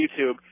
YouTube